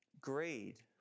greed